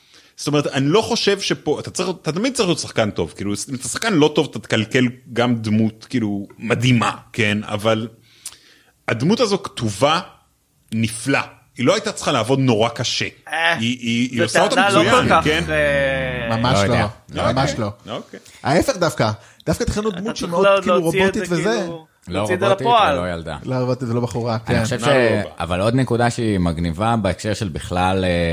זאת אומרת, אני לא חושב שפה- אתה צריך- אתה תמיד צריך להיות שחקן טוב, כאילו, אם אתה שחקן לא טוב, אתה תקלקל גם דמות, כאילו, מדהימה, כן? אבל הדמות הזו כתובה נפלא. היא לא הייתה צריכה לעבוד נורא קשה. אה, היא- היא- היא זה עושה אותה טענה לא כל מצוין, כך, כן? אה, ממש לא יודע. לא, אוקיי, ממש לא. אוקיי. ההפך דווקא, דווקא תכננו אתה דמות צריך שמאוד לא- כאילו להוציא את רובוטית זה וזה. כאילו, לא להוציא את זה רובוטית, לפועל. לא ילדה. לא רובוטית, זה לא בחורה, אני כן. חושב זה לא ש- רובוט. אבל עוד נקודה שהיא מגניבה בהקשר של בכלל, אה,